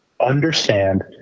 understand